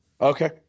Okay